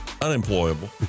unemployable